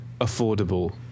affordable